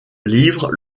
livre